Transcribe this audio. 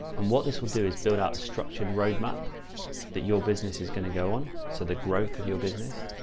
um what this will do is build out a structured roadmap that your business is going to go on. so the growth of your business,